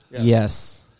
Yes